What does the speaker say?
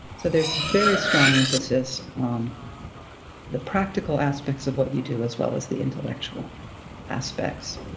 so there's very strong emphasis on the practical aspects of what you do as well as the intellectual aspects.